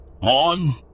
On